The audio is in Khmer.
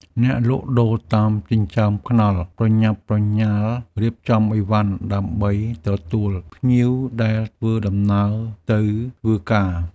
អ្នកលក់ដូរតាមចិញ្ចើមថ្នល់ប្រញាប់ប្រញាល់រៀបចំឥវ៉ាន់ដើម្បីទទួលភ្ញៀវដែលធ្វើដំណើរទៅធ្វើការ។